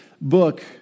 book